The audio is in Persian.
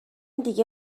دیگه